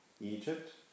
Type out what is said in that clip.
Egypt